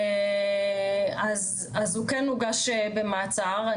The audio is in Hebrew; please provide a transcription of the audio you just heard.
אז הוא כן הוגש במעצר.